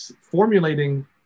formulating